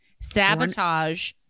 Sabotage